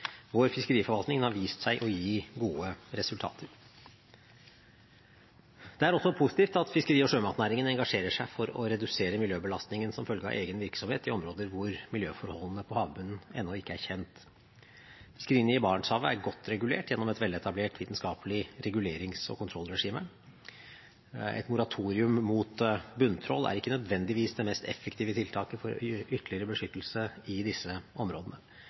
Vår fiskeriforvaltning har vist seg å gi gode resultater. Det er også positivt at fiskeri- og sjømatnæringen engasjerer seg for å redusere miljøbelastningen som følge av egen virksomhet i områder hvor miljøforholdene på havbunnen ennå ikke er kjent. Fiskeriene i Barentshavet er godt regulert gjennom et veletablert vitenskapelig regulerings- og kontrollregime. Et moratorium mot bunntrål er ikke nødvendigvis det mest effektive tiltaket for ytterligere beskyttelse i disse områdene.